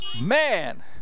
Man